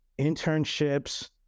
internships